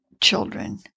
children